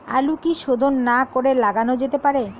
আলু কি শোধন না করে লাগানো যেতে পারে?